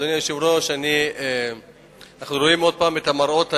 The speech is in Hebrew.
היושב-ראש, אנחנו רואים עוד פעם את המראות האלה,